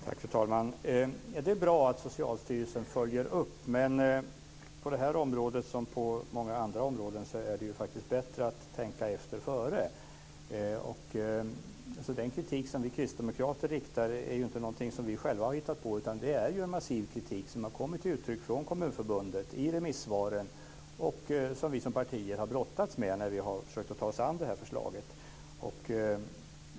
Fru talman! Det är bra att Socialstyrelsen följer upp. Men på det här området, som på många andra områden, är det faktiskt bättre att tänka efter före. Den kritik som vi kristdemokrater riktar är inte någonting som vi själva har hittat på, utan det är en massiv kritik som har kommit till uttryck i remissvaren från Kommunförbundet. Detta har vi som partier brottats med när vi har försökt att ta oss an det här förslaget.